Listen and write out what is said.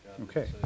Okay